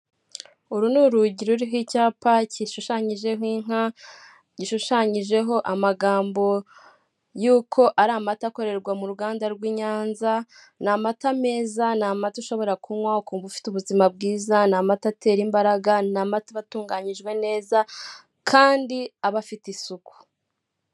Isoko rifite ibicuruzwa bitandukanye by'imitako yakorewe mu Rwanda, harimo uduseke twinshi n'imitako yo mu ijosi, n'imitako yo kumanika mu nzu harimo n'ibibumbano bigiye bitandukanye n'udutebo.